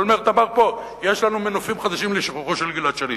אולמרט אמר פה: יש לנו מנופים חדשים לשחרורו של גלעד שליט,